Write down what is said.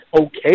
okay